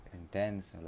intense